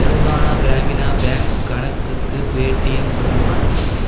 Telangana Grameena bank கணக்குக்கு Paytm மூலம் மாற்றவும்